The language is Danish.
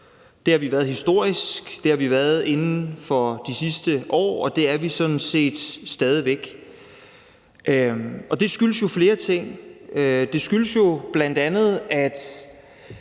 Det har vi været historisk. Det har vi været inden for de sidste år, og det er vi sådan set stadig væk. Det skyldes jo flere ting. Det skyldes bl.a., at